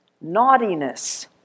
naughtiness